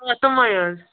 آ تمٕے حظ